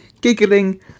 giggling